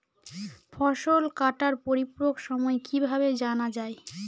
ফসল কাটার পরিপূরক সময় কিভাবে জানা যায়?